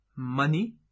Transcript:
money